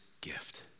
gift